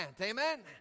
Amen